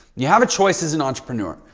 you have a choice as an entrepreneur.